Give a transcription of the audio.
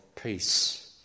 peace